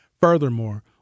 Furthermore